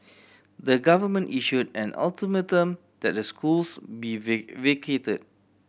the government issued an ultimatum that the schools be V vacated